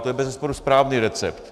To je bezesporu správný recept.